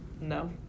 No